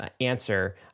answer